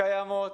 קיימות,